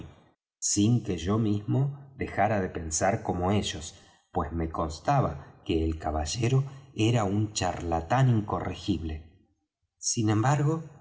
sin que yo mismo dejara de pensar como ellos pues me constaba que el caballero era un charlador incorregible sin embargo